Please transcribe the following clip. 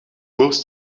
wolves